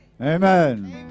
Amen